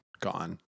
gone